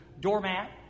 doormat